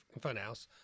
funhouse